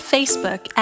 Facebook